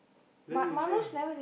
then you say